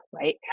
right